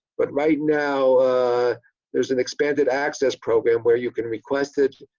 but right now there's an expanded access program where you can request it.